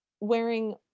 wearing